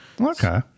okay